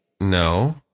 No